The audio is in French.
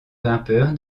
grimpeur